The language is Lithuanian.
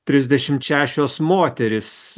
trisdešimt šešios moterys